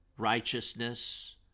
righteousness